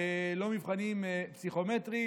לא מבחנים פסיכומטריים,